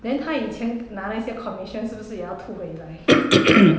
then 他以前拿那些 commission 是不是也要吐回来